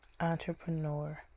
entrepreneur